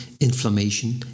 inflammation